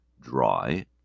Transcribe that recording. dry